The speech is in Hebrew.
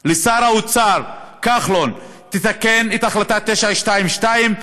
לשר האוצר כחלון: תתקן את החלטה 922,